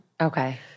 Okay